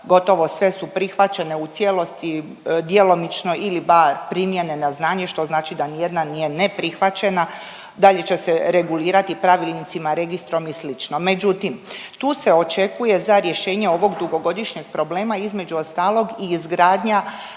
gotovo sve su prihvaćene u cijelosti, djelomično ili bar primljene na znanje što znači da ni jedna nije neprihvaćena. Dalje će se regulirati pravilnicima, registrom i slično. Međutim, tu se očekuje za rješenje ovog dugogodišnjeg problema između ostalog i izgradnja